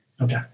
Okay